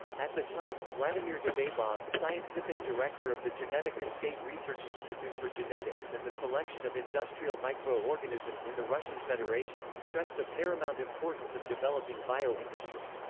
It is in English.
at the time, vladimir debabov, scientific director of the genetika state research institute for genetics and the selection of industrial micro-organisms in the russian federation, stressed the paramount importance of developing bio-industry.